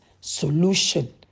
solution